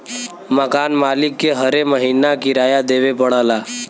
मकान मालिक के हरे महीना किराया देवे पड़ऽला